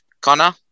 Connor